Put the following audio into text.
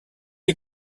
est